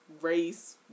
race